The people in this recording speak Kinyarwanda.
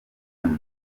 james